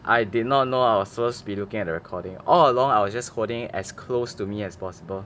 I did not know I was supposed to be looking at the recording all along I was just holding as close to me as possible